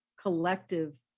collective